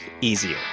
easier